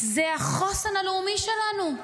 זה החוסן הלאומי שלנו.